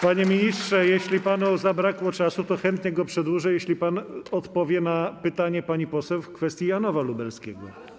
Panie ministrze, jeśli panu zabrakło czasu, to chętnie go przedłużę, jeśli pan odpowie na pytanie pani poseł w kwestii Janowa Lubelskiego.